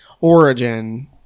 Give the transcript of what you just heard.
origin